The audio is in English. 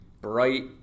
bright